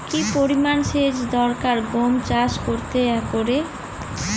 কি পরিমান সেচ দরকার গম চাষ করতে একরে?